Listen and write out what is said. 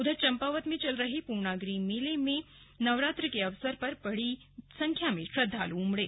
उधर चंपावत में चल रहे पूर्णागिरी मेले में नवरात्र के अवसर पर बड़ी संख्या में श्रद्वालु उमड़े